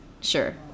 sure